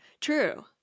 True